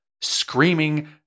screaming